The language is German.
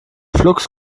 flux